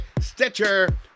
stitcher